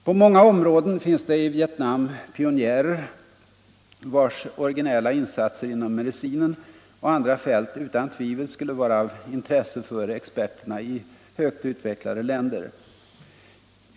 På många områden finns det i Vietnam pionjärer vilkas originella insatser inom medicinen och på andra fält utan tvivel skulle vara av intresse för experterna i högt utvecklade länder.